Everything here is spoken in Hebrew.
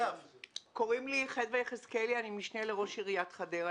אני משנה לראש עיריית חדרה.